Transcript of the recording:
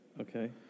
Okay